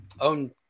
own